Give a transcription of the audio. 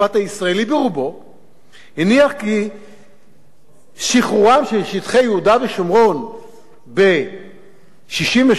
הניח כי שחרורם של שטחי יהודה ושומרון ב-1967 היה פעולת כיבוש.